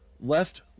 left